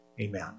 Amen